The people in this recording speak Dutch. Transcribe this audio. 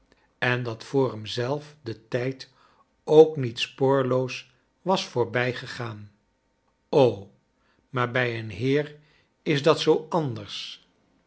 en dat voor hem zelf de tijd ook niet spoorloos was voorbijgegaan maar bfj een heer is dat zoo anders